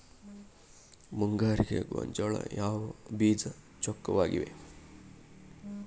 ಮುಂಗಾರಿಗೆ ಗೋಂಜಾಳ ಯಾವ ಬೇಜ ಚೊಕ್ಕವಾಗಿವೆ?